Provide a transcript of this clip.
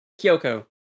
Kyoko